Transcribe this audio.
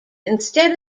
instead